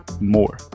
more